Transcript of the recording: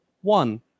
one